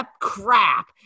crap